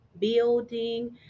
building